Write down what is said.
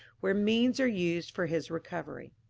where means are used for his recovery.